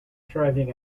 driving